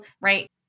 right